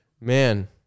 Man